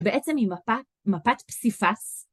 בעצם היא מפת פסיפס.